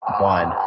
one